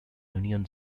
union